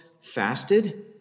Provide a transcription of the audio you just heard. fasted